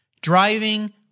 driving